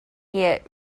hit